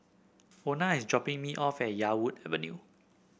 Ona is dropping me off at Yarwood Avenue